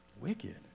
wicked